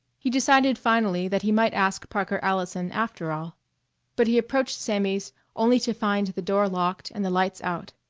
he decided finally that he might ask parker allison, after all but he approached sammy's only to find the door locked and the lights out.